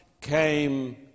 Came